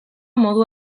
modu